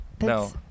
no